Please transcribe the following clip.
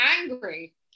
angry